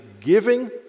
giving